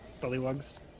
Bullywugs